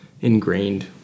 ingrained